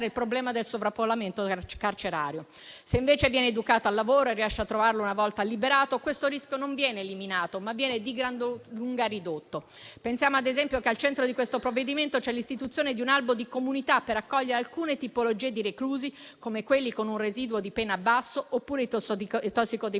il problema del sovraffollamento carcerario. Se invece viene educato al lavoro e riesce a trovarlo una volta liberato, questo rischio non viene eliminato, ma viene di gran lunga ridotto. Pensiamo, ad esempio, che al centro di questo provvedimento c'è l'istituzione di un albo di comunità per accogliere alcune tipologie di reclusi, come quelli con un residuo di pena basso, oppure i tossicodipendenti